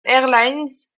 airlines